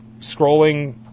scrolling